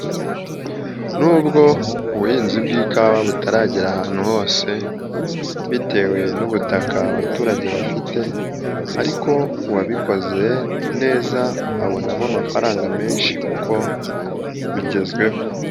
Nubwo ubuhinzi bw'ikawa butaragera ahantu hose bitewe n'ubutaka abaturage bafite ariko ku wabikoze neza abonamo amafaranga menshi kuko bigezweho.